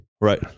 Right